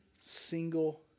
single